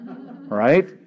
Right